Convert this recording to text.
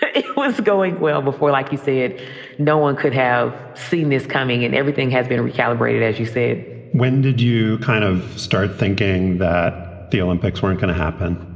it was going well before. like you said, no one could have seen this coming. and everything has been recalibrated, as you said when did you kind of start thinking that the olympics weren't gonna happen?